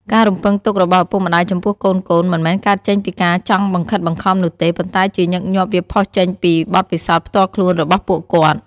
ការរំពឹងទុករបស់ឪពុកម្ដាយចំពោះកូនៗ មិនមែនកើតចេញពីការចង់បង្ខិតបង្ខំនោះទេ ប៉ុន្តែជាញឹកញាប់វាផុសចេញពី បទពិសោធន៍ផ្ទាល់ខ្លួន របស់ពួកគាត់។